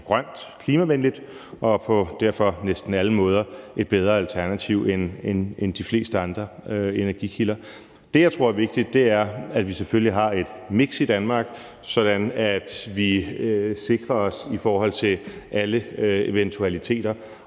sikkert, grønt og klimavenligt, og det er derfor på næsten alle måder et bedre alternativ end de fleste andre energikilder. Det, jeg tror er vigtigt, er selvfølgelig, at vi har et miks i Danmark, sådan at vi sikrer os i forhold til alle eventualiteter,